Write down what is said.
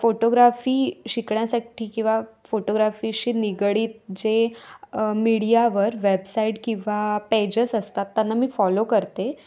photography शिकण्यासाठी किंवा फोटोग्राफीशी निगडित जे मीडियावर वॅबसाईट किंवा पेजस असतात त्यांना मी फॉलो करते